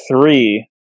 three